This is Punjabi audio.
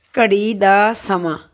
ਘੜੀ ਦਾ ਸਮਾਂ